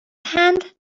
hand